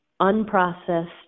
unprocessed